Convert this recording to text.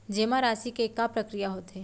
जेमा राशि के का प्रक्रिया होथे?